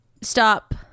stop